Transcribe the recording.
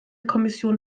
kommission